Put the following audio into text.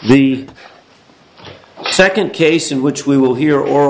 the second case in which we will hear or